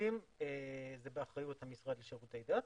יהודים זה באחריות המשרד לשירותי דת,